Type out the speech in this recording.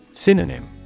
Synonym